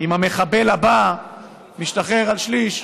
עם המחבל הבא משתחרר על שליש,